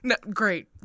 Great